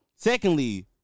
Secondly